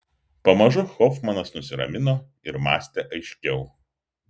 pamažu hofmanas nusiramino ir mąstė aiškiau